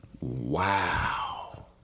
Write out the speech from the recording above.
Wow